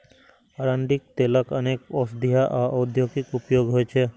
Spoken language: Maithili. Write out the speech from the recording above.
अरंडीक तेलक अनेक औषधीय आ औद्योगिक उपयोग होइ छै